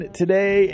today